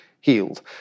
healed